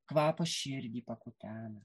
kvapas širdį pakutena